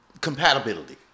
compatibility